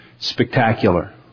Spectacular